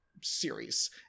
series